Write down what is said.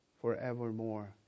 forevermore